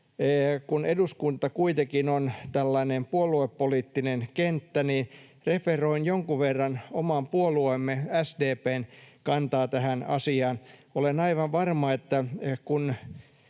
kun eduskunta kuitenkin on tällainen puoluepoliittinen kenttä, niin referoin jonkun verran oman puolueemme SDP:n kantaa tähän asiaan. Olen aivan varma, että kun